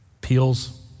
Peels